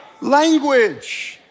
language